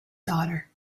daughter